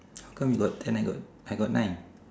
how come you got ten I got I got nine